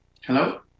Hello